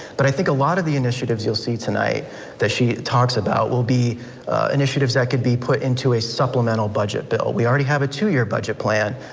but i think a lot of the initiatives you'll see tonight that she talks about will be initiatives that could be put into a supplemental budget bill. we already have a two year budget plan,